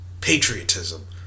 patriotism